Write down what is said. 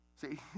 See